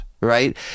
right